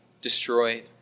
destroyed